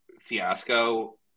fiasco